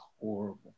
horrible